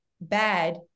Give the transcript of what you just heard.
bad